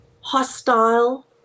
hostile